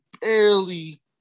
barely